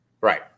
Right